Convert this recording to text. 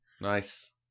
Nice